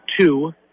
two